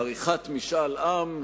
(עריכת משאל עם),